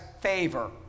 favor